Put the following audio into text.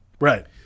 right